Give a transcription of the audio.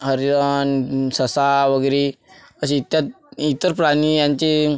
हरण ससा वगैरे असे त्यात इतर प्राणी यांचे